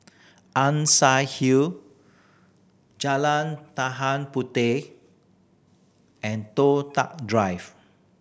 Ann Siang Hill Jalan Puteh and Toh Tuck Drive